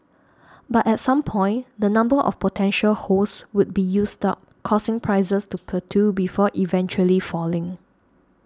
but at some point the number of potential hosts would be used up causing prices to plateau before eventually falling